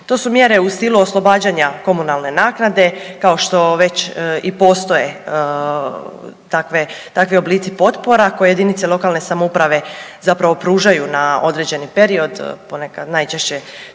To su mjere u stilu oslobađanja komunalne naknade kao što već i postoje takve, takvi oblici potpora koje jedinice lokalne samouprave zapravo pružaju na određeni period ponekad, najčešće